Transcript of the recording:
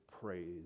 praise